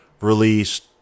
released